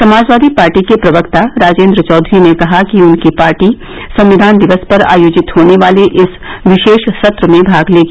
समाजवादी पार्टी के प्रवक्ता राजेन्द्र चौधरी ने कहा कि उनकी पार्टी संविधान दिवस पर आयोजित होने वाले इस विशेष सत्र में भाग लेगी